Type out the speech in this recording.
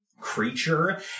creature